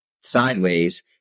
sideways